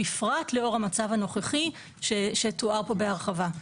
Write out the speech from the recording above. בפרט בשל המצב הנוכחי שתואר פה בהרחבה.